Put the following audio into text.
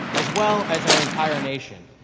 as well as our entire nation.